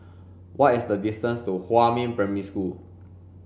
what is the distance to Huamin Primary School